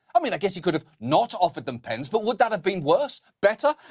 i mean i guess he could have not offered them pens, but would that have been worse? better?